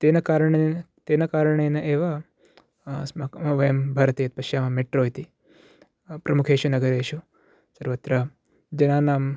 तेन कारण तेन कारणेन एव अस्माक वयं भारते यत् पश्यामः मेट्रो इति प्रमुखेषु नगरेषु सर्वत्र जनानां